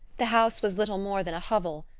the house was little more than a hovel,